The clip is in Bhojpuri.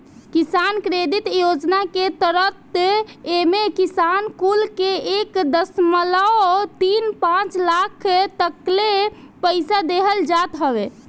किसान क्रेडिट योजना के तहत एमे किसान कुल के एक दशमलव तीन पाँच लाख तकले पईसा देहल जात हवे